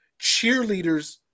cheerleaders